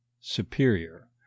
superior